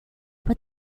what